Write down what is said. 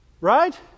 Right